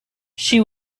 she